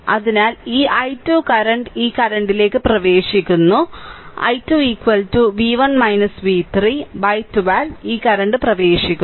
അതിനാൽ ഈ i 2 current ഈ കറന്റിലേക്ക് പ്രവേശിക്കുന്നു i 2 v1 v3 by 12 ഈ കറന്റ് പ്രവേശിക്കുന്നു